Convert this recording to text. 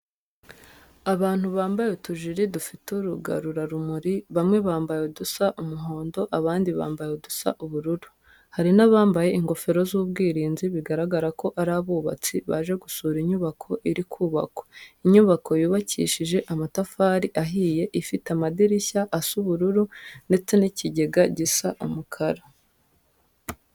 Abantu bambaye utujire dufite urugarura rumuri, bamwe bambaye udusa umuhondo, abandi bambaye udusa ubururu, hari n'abambaye ingofero z'ubwirinzi, biragaragara ko ari abubatsi, baje gusura inyubako iri kubakwa. Inyubako yubakishije amatafari ahiye, ifite amadirishya asa ubururu, ndetse n'ikigega gisa umukara.